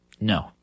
No